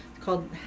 called